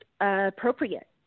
appropriate